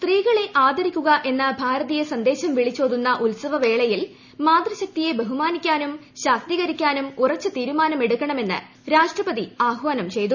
സ്ത്രീകളെ ആദരിക്കുക എന്ന ഭാരതീയ സന്ദേശം വിളിച്ചോതുന്ന ഉത്സവ വേളയിൽ മാതൃശക്തിയെ ബഹുമാനിക്കാനും ശാക്തീകരിക്കാനും ഉറച്ച തീരുമാനമെടുക്കണമെന്ന് രാഷ്ട്രപതി ആഹ്വാനം ചെയ്തു